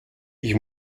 ich